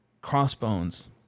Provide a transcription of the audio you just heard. Crossbones